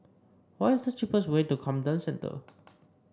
what is the cheapest way to Camden Centre